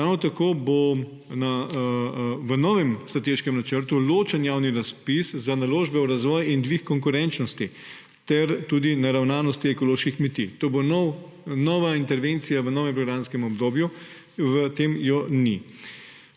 ravno tako bo v novem strateškem načrtu ločen javni razpis za naložbe v razvoj in dvig konkurenčnosti ter tudi naravnanosti ekoloških kmetij. To bo nova intervencija v novem programskem obdobju. V tem je ni.